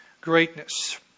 greatness